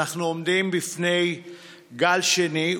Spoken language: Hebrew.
אנחנו עומדים בפני גל שני,